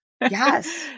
yes